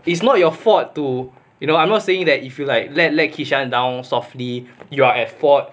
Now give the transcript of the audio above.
it's not your fault to you know I'm not saying that if you like let kishan down softly you are at fault